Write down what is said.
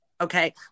Okay